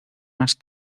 más